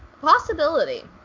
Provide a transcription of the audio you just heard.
Possibility